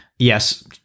Yes